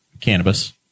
cannabis